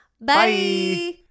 Bye